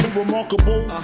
remarkable